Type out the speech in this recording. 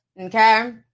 okay